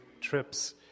trips